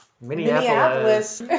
Minneapolis